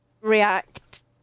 react